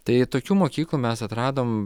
tai tokių mokyklų mes atradom